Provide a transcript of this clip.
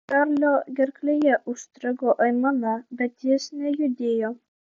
čarlio gerklėje užstrigo aimana bet jis nejudėjo